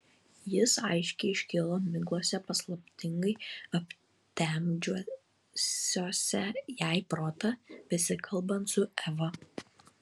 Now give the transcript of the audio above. jis aiškiai iškilo miglose paslaptingai aptemdžiusiose jai protą besikalbant su eva